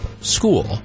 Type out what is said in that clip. school